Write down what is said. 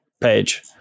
page